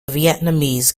vietnamese